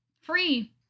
Free